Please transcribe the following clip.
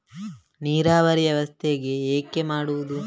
ನೀರಾವರಿ ವ್ಯವಸ್ಥೆ ಹೇಗೆ ಮಾಡುವುದು?